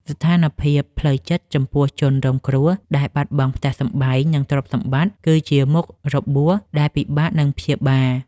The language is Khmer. ស្ថានភាពផ្លូវចិត្តចំពោះជនរងគ្រោះដែលបាត់បង់ផ្ទះសម្បែង និងទ្រព្យសម្បត្តិគឺជាមុខរបួសដែលពិបាកនឹងព្យាបាល។